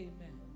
Amen